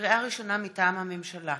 לקריאה ראשונה, מטעם הממשלה: